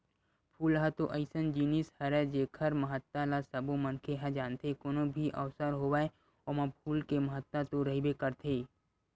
फूल ह तो अइसन जिनिस हरय जेखर महत्ता ल सबो मनखे ह जानथे, कोनो भी अवसर होवय ओमा फूल के महत्ता तो रहिबे करथे